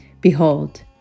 Behold